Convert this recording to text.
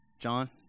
john